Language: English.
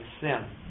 sin